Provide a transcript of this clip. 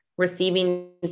receiving